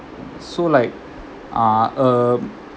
so like uh a